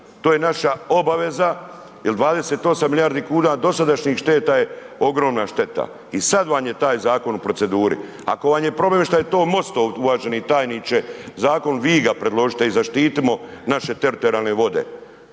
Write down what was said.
To je naša obaveza jer 28 milijardi kuna dosadašnjih šteta je ogromna šteta. I sada vam je taj zakon u proceduri, ako vam je problem što je to MOST-ov uvaženi tajniče zakon, vi ga predložite i zaštitimo naše teritorijalne vode.